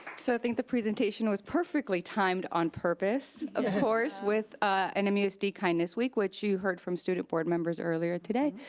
so i think the presentation was perfectly timed on purpose, of course, with ah nmusd kindness week which you heard from student board members earlier today.